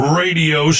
radio